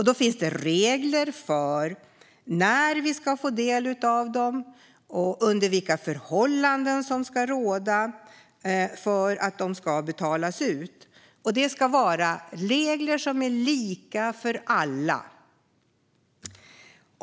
Det finns regler för när vi ska få del av dem och vilka förhållanden som ska råda för att pengar ska betalas ut. Det ska vara regler som är lika för alla.